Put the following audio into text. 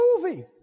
movie